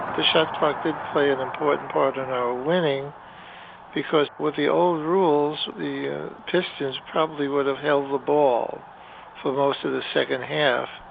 the shot clock did play an important part in our winning because with the old rules, the ah pistons probably would have held the ball for most of the second half.